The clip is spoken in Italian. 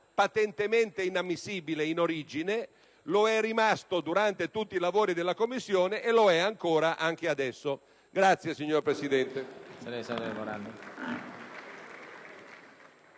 patentemente inammissibile in origine, lo è rimasto durante tutti i lavori della Commissione e lo è anche adesso. *(Applausi dal